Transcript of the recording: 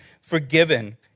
forgiven